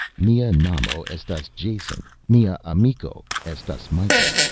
mia namo estas jason, mia amiko estas mikah.